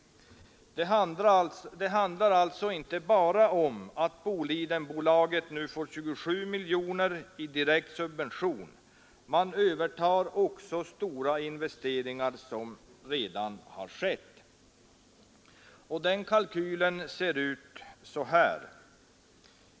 Det handlar alltså inte bara om att Bolidenbolaget nu får 27 miljoner i direkt subvention. Bolaget övertar också stora investeringar som redan har gjorts.